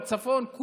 בצפון,